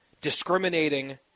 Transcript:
discriminating